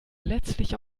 letztlich